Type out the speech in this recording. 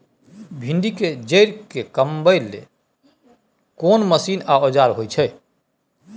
भिंडी के जईर के कमबै के लेल कोन मसीन व औजार होय छै?